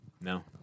No